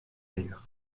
ailleurs